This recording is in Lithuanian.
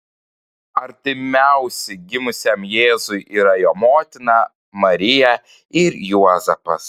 artimiausi gimusiam jėzui yra jo motina marija ir juozapas